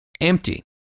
empty